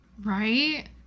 right